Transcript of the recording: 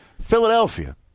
Philadelphia